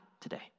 today